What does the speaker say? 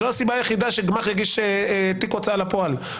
זו הסיבה היחידה שגמ"ח יגיש תיק הוצאה לפועל,